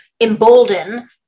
embolden